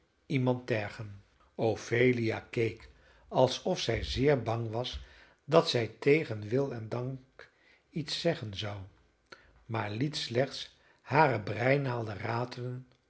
iemand tergen ophelia keek alsof zij zeer bang was dat zij tegen wil en dank iets zeggen zou maar liet slechts hare breinaalden ratelen